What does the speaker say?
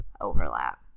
overlap